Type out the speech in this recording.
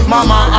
Mama